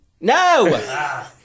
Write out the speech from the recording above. no